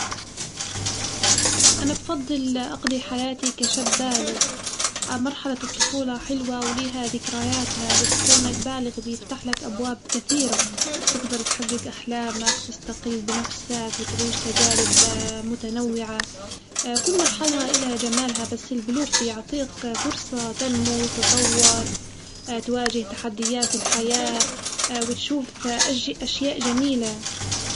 أنا بفضل أقضي حياتي كشاب بالغ مرحلة الطفولة حلوة وليها ذكرياتها، بس كونك بالغ بيفتح لك أبواب كثيرة تقدر تحجج أحلامك تستقل بنفسك وتعيش تجارب متنوعة، كل مرحلة إلها جمالها بس البلوغ بيعطيك فرصة تنمو وتطور تواجه تحديات الحياة وتشوف أج- أشياء جميلة.